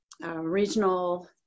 regional